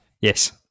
Yes